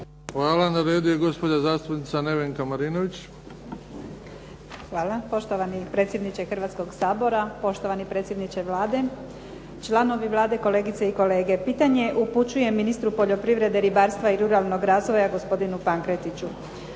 Hvala. Na redu je gospođa zastupnica Nevenka Marinović. **Marinović, Nevenka (HDZ)** Hvala, poštovani predsjedniče Hrvatskoga sabora. Poštovani predsjedniče Vlade, članovi Vlade, kolegice i kolege. Pitanje upućujem ministru poljoprivrede, ribarstva i ruralnog razvoja, gospodinu Pankretiću.